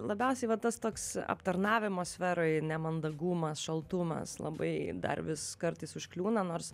labiausiai va tas toks aptarnavimo sferoj nemandagumas šaltumas labai dar vis kartais užkliūna nors